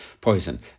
poison